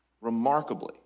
Remarkably